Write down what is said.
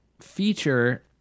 feature